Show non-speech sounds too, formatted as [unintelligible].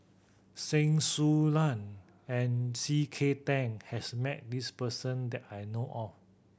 [unintelligible] Su Lan and C K Tang has met this person that I know of